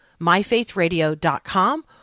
myfaithradio.com